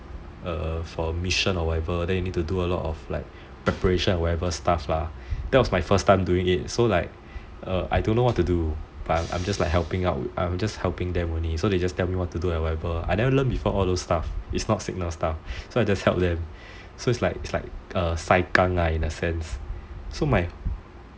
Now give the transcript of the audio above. for mission or whatever then need to do a lot of preparation or whatever stuff lah that was my first time doing it so like I don't know what to do but I'm just like helping them only so they just tell me what to do and whatever I never learn before all those stuff is not signal stuff so I just help them so it's like sai kang lah in a sense